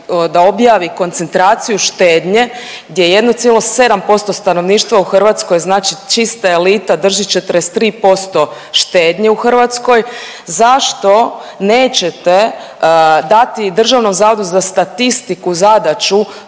da objavi koncentraciju štednje gdje 1,7% stanovništva u Hrvatskoj znači čista elita drži 43% štednje u Hrvatskoj? Zašto nećete dati DZS-u zadaću da računa